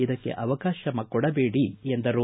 ಇದಕ್ಕೆ ಅವಕಾಶ ಕೊಡಬೇಡಿ ಎಂದರು